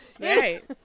Right